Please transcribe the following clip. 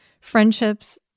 friendships